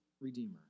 redeemer